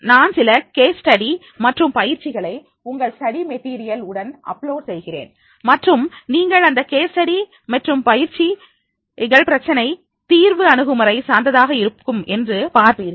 நான் சில case study மற்றும் பயிற்சிகளை உங்கள் ஸ்டடி மெட்டீரியல் உடன் அப்லோட் செய்கிறேன் மற்றும் நீங்கள் இந்த கேஸ் ஸ்டடி மற்றும் பயிற்சிகள் பிரச்சனை தீர்வு அணுகுமுறை சார்ந்ததாக இருக்கும் என்று பார்ப்பீர்கள்